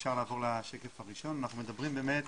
אנחנו מדברים באמת